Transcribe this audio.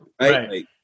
Right